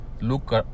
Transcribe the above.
look